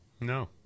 No